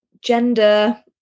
gender